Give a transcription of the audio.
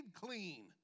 clean